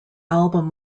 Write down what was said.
album